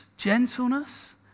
gentleness